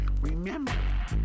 remember